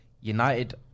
United